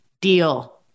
deal